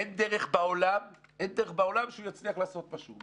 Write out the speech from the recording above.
אין דרך בעולם שהוא יצליח לעשות פישור.